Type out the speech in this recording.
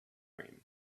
cream